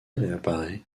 réapparaît